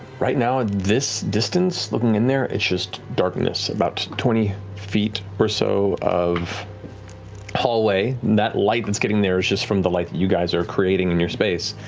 right now, at this distance, looking in there, it's just darkness, about twenty feet or so of hallway. and that light that's getting there is just from the light that you guys are creating in your space.